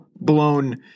blown